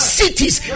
cities